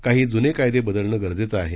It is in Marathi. काही जुने कायदे बदलणं गरजेचं आहे